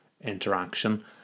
interaction